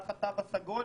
תחת התו הסגול.